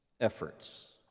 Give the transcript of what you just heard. efforts